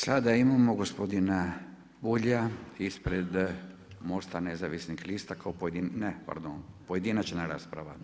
Sada imamo gospodina Bulja ispred Mosta nezavisnih lista, ne pardon, pojedinačna rasprava.